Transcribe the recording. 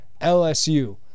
LSU